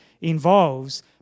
involves